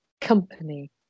company